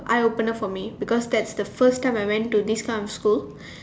eye opener for me because that's the first time I went to this kind of school